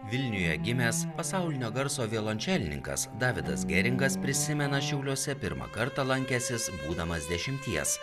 vilniuje gimęs pasaulinio garso violončelininkas davidas geringas prisimena šiauliuose pirmą kartą lankęsis būdamas dešimties